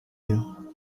you